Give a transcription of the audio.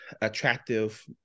attractive